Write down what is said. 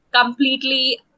completely